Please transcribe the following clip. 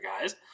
guys